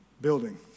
building